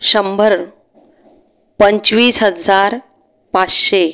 शंभर पंचवीस हजार पाचशे